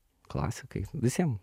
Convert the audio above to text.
klasikai visiem